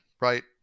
right